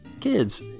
kids